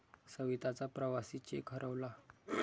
सविताचा प्रवासी चेक हरवला